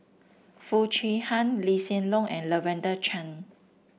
Foo Chee Han Lee Hsien Loong and Lavender Chang